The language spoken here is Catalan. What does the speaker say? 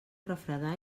refredar